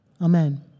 Amen